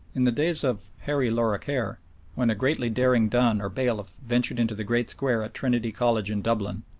in the days of harry lorrequer, when a greatly daring dun or bailiff ventured into the great square at trinity college in dublin,